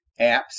apps